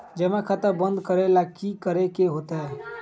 जमा खाता बंद करे ला की करे के होएत?